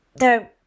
no